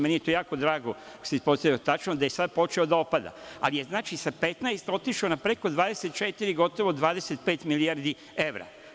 Meni je to jako drago što se ispostavilo da je to tačno, da je sad počeo da opada, ali je za 15 otišao na preko 24, gotovo 25 milijardi evra.